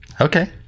Okay